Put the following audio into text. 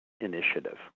initiative